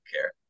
care